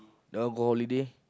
they all go holiday